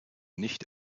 nicht